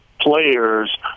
players